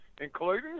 including